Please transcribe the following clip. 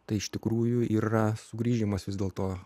tai iš tikrųjų yra sugrįžimas vis dėlto